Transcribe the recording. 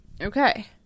Okay